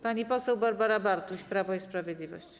Pani poseł Barbara Bartuś, Prawo i Sprawiedliwość.